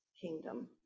kingdom